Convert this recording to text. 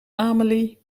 amélie